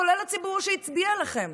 כולל הציבור שהצביע לכם.